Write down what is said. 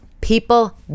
people